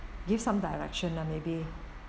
give some direction lah maybe